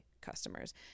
customers